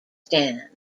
stand